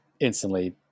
Instantly